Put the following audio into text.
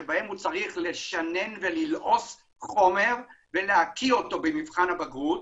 בהם הוא צריך לשנן וללעוס חומר ולהקיא אותו במבחן הבגרות,